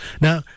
Now